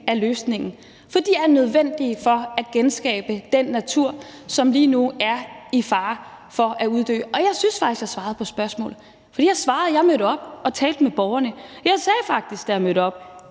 af løsningen. For de er nødvendige for at genskabe den natur, som lige nu er i fare for at uddø. Og jeg synes faktisk, jeg svarede på spørgsmålet. For jeg svarede, at jeg mødte op og talte med borgerne. Jeg sagde faktisk, da jeg mødte op: